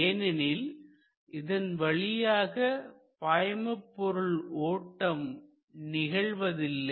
ஏனெனில் இதன் வழியாக பாய்மபொருள் ஓட்டம் நிகழ்வதில்லை